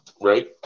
Right